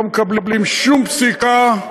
לא מקבלים שום פסיקה,